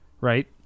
right